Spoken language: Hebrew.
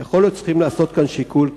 ויכול להיות שצריכים לעשות כאן שיקול,